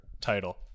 title